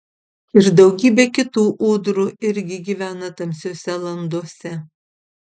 ir daugybė kitų ūdrų irgi gyvena tamsiose landose